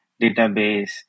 database